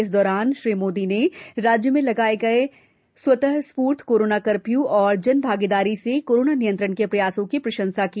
इस दौरान श्री मोदी ने राज्य में लगाए गए स्वतःस्फूर्त कोरोना कर्फ्यू और जनभागीदारी से कोरोना नियंत्रण के प्रयासों की प्रशंसा की